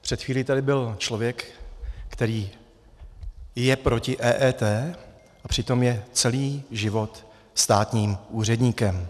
Před chvíli tady byl člověk, který je proti EET, a přitom je celý život státním úředníkem.